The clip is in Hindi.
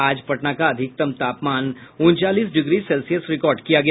आज पटना का अधिकतम तापमान उनचालीस डिग्री सेल्सियस रिकॉर्ड किया गया